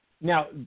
now